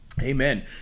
Amen